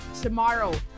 tomorrow